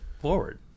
forward